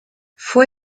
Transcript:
fue